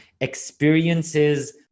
experiences